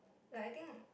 like I think